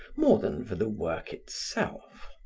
more than for the work itself.